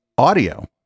Audio